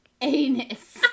anus